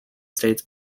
states